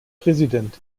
präsident